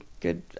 good